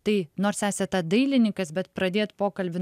tai nors esate dailininkas bet pradėt pokalbį